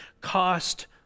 cost